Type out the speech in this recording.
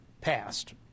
passed